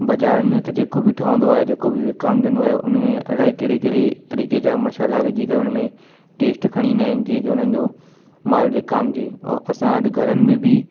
बाज़ारि में त जेको बि ठहंदो आहे जेको बि विकामिजंदो आहे उन में अलाए कहिड़े कहिड़े तरीक़े जा मशाला विझी करे हुन में टेस्ट खणी ईंदा आहिनि जीअं की उन्हनि जो माल विकामिजे औरि असां अॼु घरनि में बि